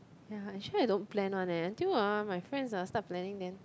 ya actually I don't plan one eh until ah my friends ah start planning then